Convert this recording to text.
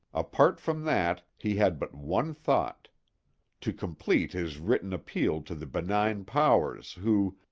apart from that, he had but one thought to complete his written appeal to the benign powers who,